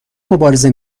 مبارزه